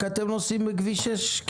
רק אתם נוסעים בכביש 6?